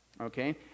okay